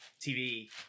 TV